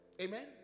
Amen